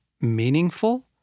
meaningful